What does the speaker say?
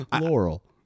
laurel